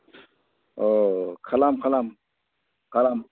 औ खालाम खालाम खालाम